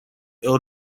ill